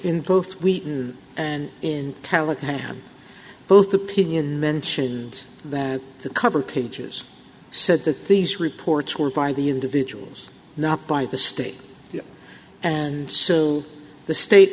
in both we and in taliban both opinion mentioned that the cover pages said that these reports were by the individuals not by the state and so the state